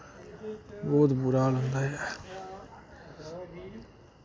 बोह्त बुरा हाल होंदा ऐ